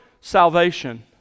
salvation